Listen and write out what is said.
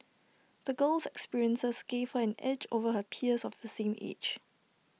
the girl's experiences gave her an edge over her peers of the same age